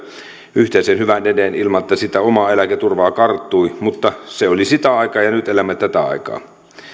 yhteisen hyvän eteen ilman että siitä omaa eläketurvaa karttui mutta se oli sitä aikaa ja nyt elämme tätä aikaa